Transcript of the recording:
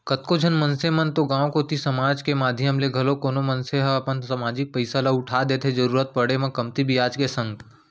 कतको झन मनसे मन तो गांव कोती समाज के माधियम ले घलौ कोनो मनसे ह अपन समाजिक पइसा ल उठा लेथे जरुरत पड़े म कमती बियाज के संग